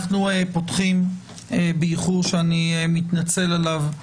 אנחנו פותחים באיחור, שאני מתנצל עליו,